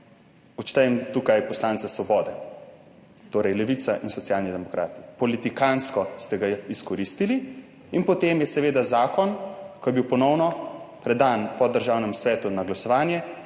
odštejem tukaj poslance Svobode, torej Levica in Socialni demokrati. Politikantsko ste ga izkoristili in potem je seveda zakon, ko je bil ponovno predan po Državnem svetu na glasovanje,